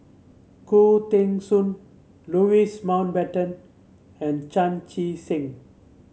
Khoo Teng Soon Louis Mountbatten and Chan Chee Seng